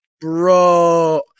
Bro